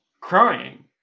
crying